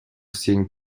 seeing